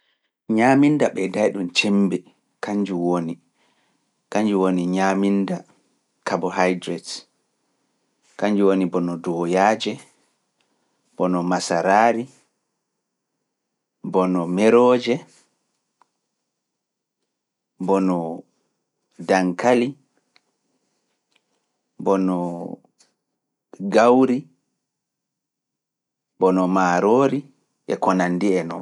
Ñaaminda ɓeyday ɗum cembe, kanjum woni ñaaminda, kabo hydrate kanjum woni bono duwoyaaje, bono masaraari, bono meroje, bono dankali, bono gawri, bono maaroori e konandi e noo.